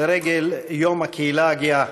לרגל יום הקהילה הגאה,